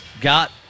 got